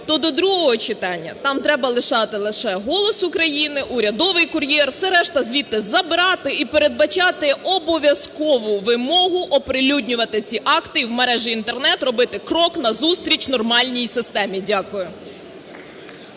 то до другого читання нам треба лишати лише "Голос України", "Урядовий кур'єр", все решта звідти забирати і передбачати обов'язкову вимогу оприлюднювати ці акти і в мережі Інтернет, робити крок назустріч нормальній системі. Дякую.